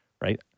right